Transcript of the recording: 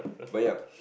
but ya